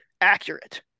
accurate